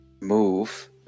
Move